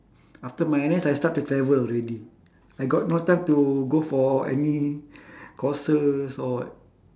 after my N_S I start to travel already I got no time to go for any courses or what